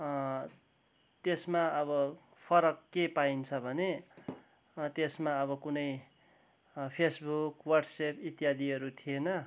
त्यसमा अब फरक के पाइन्छ भने त्यसमा अब कुनै फेसबुक वाट्सएप इत्यादिहरू थिएन